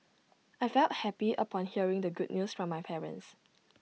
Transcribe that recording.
I felt happy upon hearing the good news from my parents